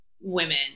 women